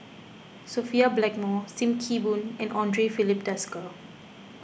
Sophia Blackmore Sim Kee Boon and andre Filipe Desker